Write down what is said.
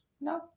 no